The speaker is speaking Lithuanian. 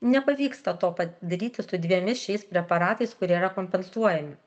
nepavyksta to padaryti su dvejomis šiais preparatais kurie yra kompensuojami